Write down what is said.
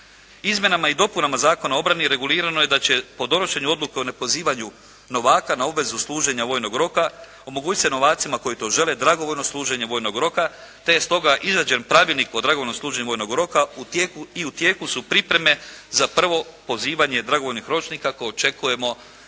Izmjenama i dopunama Zakona o obrani regulirano je da će po donošenju Odluke o nepozivanju novaka na obvezu služenja vojnog roka omogućiti se novacima koji to žele dragovoljno služenje vojnog roka, te je stoga izrađen Pravilnik o dragovoljnom služenju vojnog roka i u tijeku su pripreme za prvo pozivanje dragovoljnih ročnika koje očekujemo iza ljeta